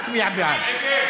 יצביע בעד,